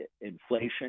inflation